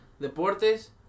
Deportes